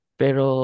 pero